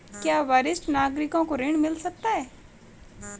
क्या वरिष्ठ नागरिकों को ऋण मिल सकता है?